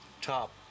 top